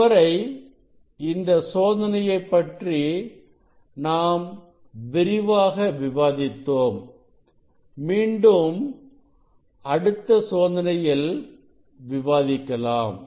இதுவரை இந்த சோதனையை பற்றி நாம் விரிவாக விவாதித்தோம் மீண்டும் அடுத்த சோதனையில் விவாதிக்கலாம்